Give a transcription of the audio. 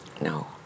No